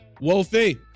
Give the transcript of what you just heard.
Wolfie